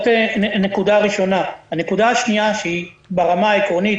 הנקודה השנייה שהיא ברמה העקרונית,